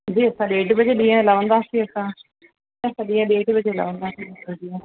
जी असां ॾेढ बजे ॾींहं जो लहंदासीं उतां असां सुबुह जो ॾेढ बजे लहंदासीं सभु ॼणा